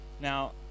Now